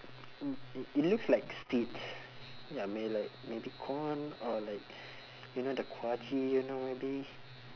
it it it looks like seeds ya may~ like maybe corn or like you know the kua chee you know maybe